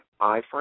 iframe